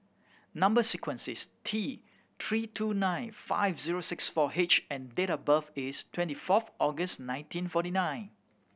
number sequence is T Three two nine five zero six four H and date of birth is twenty fourth August nineteen forty nine